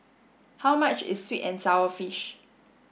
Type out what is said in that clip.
how much is sweet and sour fish